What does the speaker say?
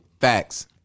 Facts